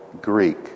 Greek